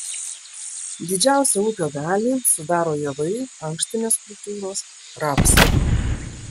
didžiausią ūkio dalį sudaro javai ankštinės kultūros rapsai